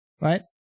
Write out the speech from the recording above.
right